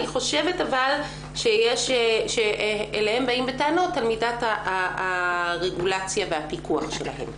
אני חושבת שאליהן באים בטענות על מידת הרגולציה והפיקוח שלהן.